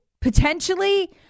potentially